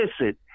listen